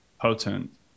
potent